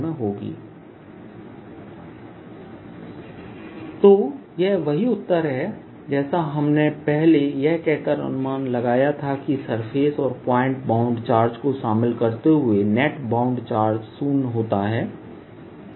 Dfree D4πr2freedV DQ4πr2 EDK0Q4π0r2 K1 outside तो यह वही उत्तर है जैसा हमने पहले यह कहकर अनुमान लगाया था कि सरफेस और पॉइंट बाउंड चार्ज को शामिल करते हुए नेट बाउंड चार्ज शून्य होता है